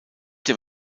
dem